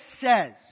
says